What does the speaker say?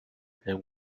than